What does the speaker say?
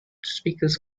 speakers